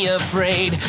afraid